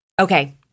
okay